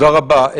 תודה רבה.